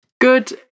good